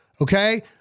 okay